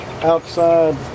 outside